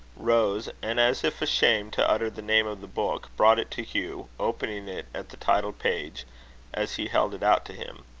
rose, and, as if ashamed to utter the name of the book, brought it to hugh, opening it at the title-page as he held it out to him.